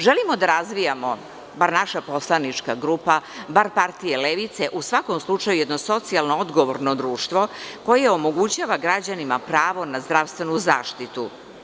Želimo da razvijamo, bar naša poslanička grupa, bar partija levice u svakom slučaju jedno socijalno odgovorno društvo koje omogućava građanima pravo na zdravstvenu zaštitu.